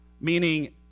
meaning